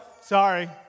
sorry